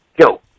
Go